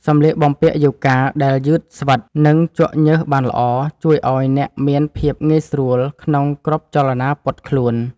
សម្លៀកបំពាក់យូហ្គាដែលយឺតស្វិត និងជក់ញើសបានល្អ ជួយឱ្យអ្នកមានភាពងាយស្រួលក្នុងគ្រប់ចលនាពត់ខ្លួន។